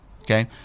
Okay